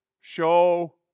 Show